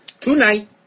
tonight